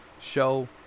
show